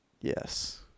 Yes